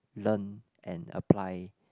learn and apply